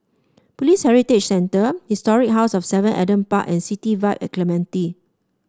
Police Heritage Centre Historic House of Seven Adam Park and City Vibe at Clementi